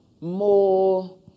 more